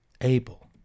able